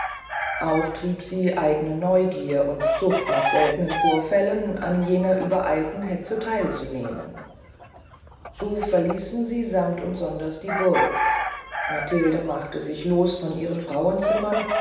auch trieb sie eigne neugier und sucht nach seltnen vorfällen an jeder übereilten hetze theil zu nehmen so verließen sie sammt und sonders die burg matilde machte sich los von ihren frauenzimmern